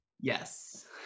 Yes